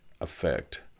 effect